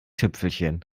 tüpfelchen